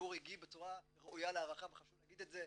והציבור הגיב בצורה ראויה להערכה וחשוב להגיד את זה.